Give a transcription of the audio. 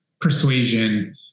persuasion